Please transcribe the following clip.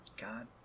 God